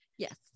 Yes